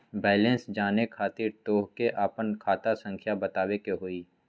Balance जाने खातिर तोह के आपन खाता संख्या बतावे के होइ?